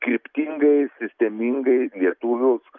kryptingai sistemingai lietuvius